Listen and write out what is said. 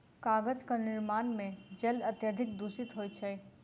कागजक निर्माण मे जल अत्यधिक दुषित होइत छै